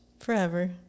forever